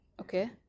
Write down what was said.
Okay